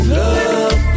love